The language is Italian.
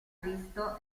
cristo